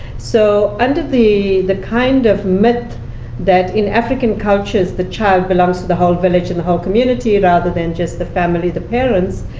so under the the kind of myth that, in african cultures, the child belongs to the whole village and the whole community, rather than just the family, the parents,